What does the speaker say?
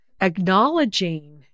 acknowledging